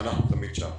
ואנחנו תמיד שם.